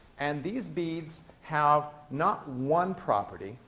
and these beads have, not one property,